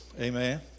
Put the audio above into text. Amen